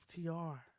FTR